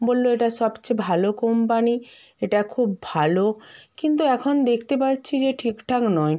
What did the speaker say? বললো এটা সবচেয়ে ভালো কোম্পানি এটা খুব ভালো কিন্তু এখন দেখতে পাচ্ছি যে ঠিকঠাক নয়